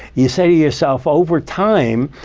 you say to yourself over time,